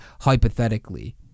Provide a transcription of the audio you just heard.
hypothetically